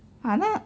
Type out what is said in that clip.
அதான்:athaan